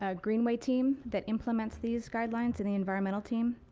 ah greenway team that implements these guidelines and the environmental team.